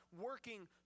working